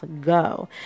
go